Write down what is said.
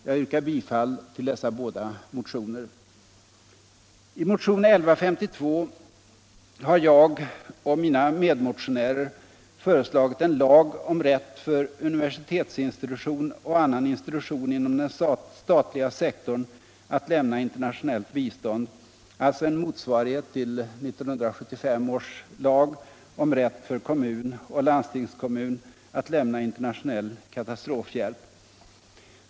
Jag yrkar bifall till dessa båda motioner. I motionen 1152 har jag och mina medmotionärer föreslagit en lag om rätt för universitetsinstitution och annan institution inom den statliga sektorn att lämna internationellt bistånd, alltså en motsvarighet till 1973 års lag om rätt för kommun och landstingskommun att lämna internationell katastrofhjälp.